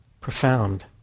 profound